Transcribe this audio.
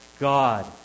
God